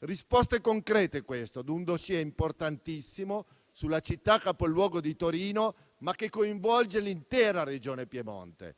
risposte concrete a un *dossier* importantissimo sulla città capoluogo di Torino, ma che coinvolge l'intera Regione Piemonte.